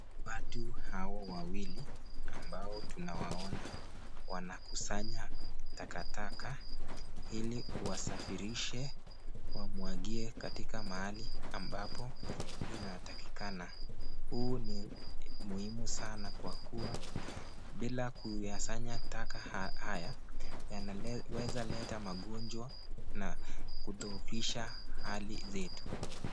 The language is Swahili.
Watu hawa wawili ambao tunawaona wanakusanya takataka ili wasafirishe, wamwagie katika mahali ambapo inatakikana, huu ni muhimu sana kwa kuwa bila kuyasanya taka haya yanaweza leta magonjwa na kutohofisha hali zetu.